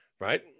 right